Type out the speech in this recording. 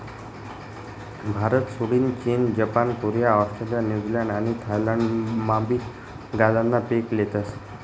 भारतसोडीन चीन, Japan, Korea, Australia, New Zealand आणि थायलंडमाबी गांजानं पीक लेतस